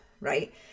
right